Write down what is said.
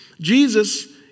Jesus